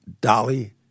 Dolly